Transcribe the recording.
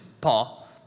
Paul